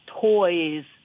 toys